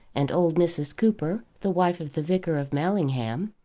and old mrs. cooper, the wife of the vicar of mallingham,